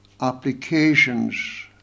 applications